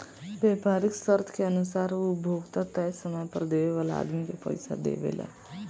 व्यापारीक शर्त के अनुसार उ उपभोक्ता तय समय पर देवे वाला आदमी के पइसा देवेला